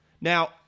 Now